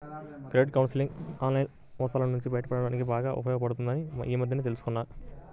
credit counselling online మోసాల నుంచి బయటపడడానికి బాగా ఉపయోగపడుతుందని ఈ మధ్యనే తెల్సుకున్నా